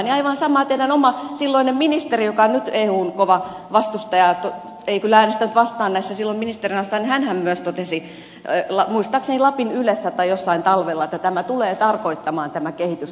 aivan samaahan myös teidän oma ministerinne silloinen ministeri joka nyt on eun kova vastustaja ei kyllä äänestänyt vastaan näissä silloin ministerinä ollessaan totesi muistaakseni lapin ylessä tai jossain talvella että tämä kehitys tulee tarkoittamaan tätä kaksinkertaistamista